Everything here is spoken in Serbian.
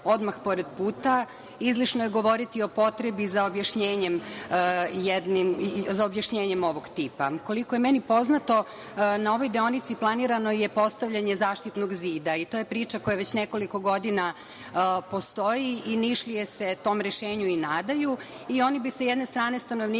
odmah pored puta, izlišno je govoriti o potrebi za objašnjenjem ovog tipa. Koliko je meni poznato, na ovoj deonici planirano je postavljanje zaštitnog zida i to je priča koja već nekoliko godina postoji i Nišlije se tom rešenju i nadaju. Oni bi, sa jedne strane, stanovnike